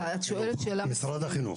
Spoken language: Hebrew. משרד החינוך.